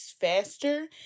faster